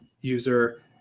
user